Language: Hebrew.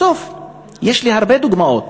בסוף יש לי הרבה דוגמאות,